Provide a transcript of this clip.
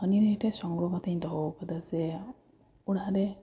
ᱦᱟᱱᱤ ᱱᱟᱹᱭ ᱴᱷᱮᱱ ᱥᱚᱝᱜᱨᱚᱦᱚ ᱠᱟᱛᱮᱧ ᱫᱚᱦᱚᱣ ᱟᱠᱟᱫᱟ ᱥᱮ ᱚᱲᱟᱜ ᱨᱮ